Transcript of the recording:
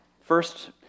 first